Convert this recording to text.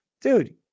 dude